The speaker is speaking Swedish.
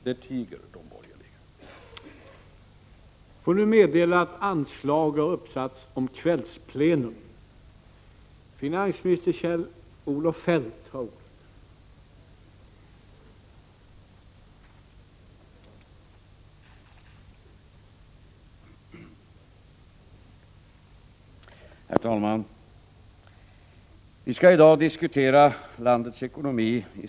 Det tiger de borgerliga om.